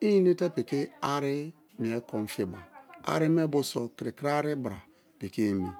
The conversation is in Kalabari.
i enete piki ari mie kon fiba, ari me bio so kiri-kiri ari bra piki eme